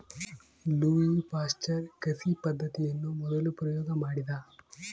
Louis Pasteur ಕಸಿ ಪದ್ದತಿಯನ್ನು ಮೊದಲು ಪ್ರಯೋಗ ಮಾಡಿದ